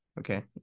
Okay